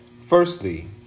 Firstly